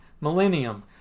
Millennium